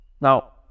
now